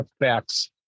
effects